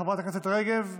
חברת הכנסת רגב,